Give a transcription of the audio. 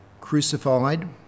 crucified